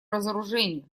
разоружению